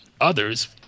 Others